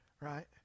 right